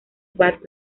bad